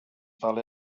fell